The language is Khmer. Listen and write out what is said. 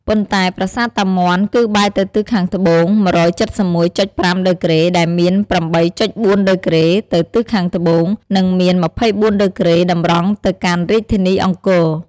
ប៉ុន្តែប្រាសាទតាមាន់ គឺបែរទៅទិសខាងត្បូង ១៧១.៥ ដឺក្រេ ដែលមាន ៨.៤ ដឺក្រេ ទៅទិសខាងត្បូង និង មាន ២៤ ដឺក្រេ តម្រង់ទៅកាន់រាជធានីអង្គរ។